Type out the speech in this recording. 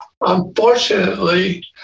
unfortunately